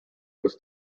was